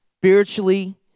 Spiritually